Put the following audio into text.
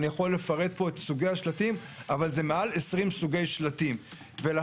הצרכן שהשקיות האלה לא נמכרות בחינם וזה עשה את המטרה.